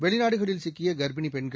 வெளிநாடுகளில் சிக்கிய கர்ப்பிணி பெண்கள்